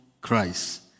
Christ